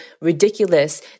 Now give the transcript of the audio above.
ridiculous